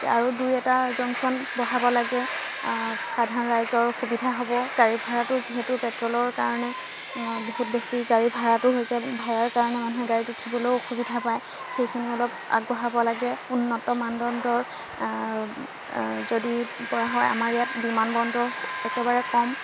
আৰু দুই এটা জংচন বঢ়াব লাগে সাধাৰণ ৰাইজৰ সুবিধা হ'ব গাড়ী ভাড়াটো যিহেতু পেট্ৰলৰ কাৰণে বহুত বেছি গাড়ী ভাড়াটো হৈ যায় ভাড়াৰ কাৰণে মানুহে গাড়ীত উঠিবলৈয়ো অসুবিধা পায় সেইখিনি অলপ আগবঢ়াব লাগে উন্নত মানদণ্ডৰ যদি পৰা হয় আমাৰ ইয়াত বিমানবন্দৰ একেবাৰে কম